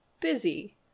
busy